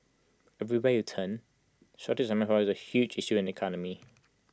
everywhere you turn shortage of is A issue in the economy